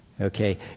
Okay